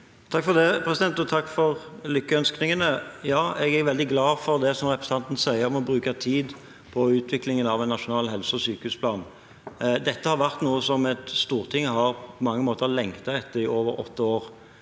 Bent Høie Takk for lykkønsknin- gene. Jeg er veldig glad for det som representanten sier om å bruke tid på utviklingen av en nasjonal helse- og sykehusplan. Dette er noe som Stortinget på mange måter har lengtet etter i over åtte år.